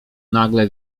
nagle